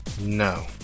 No